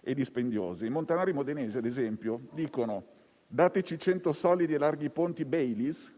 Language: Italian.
e dispendiose. I montanari modenesi, ad esempio, dicono: dateci 100 solidi e larghi ponti Bailey,